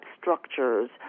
structures